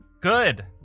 good